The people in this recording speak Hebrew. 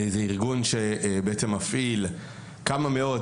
זה ארגון שמפעיל כמה מאות,